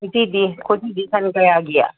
ꯈꯨꯖꯤꯗꯤ ꯁꯟ ꯀꯌꯥꯒꯤ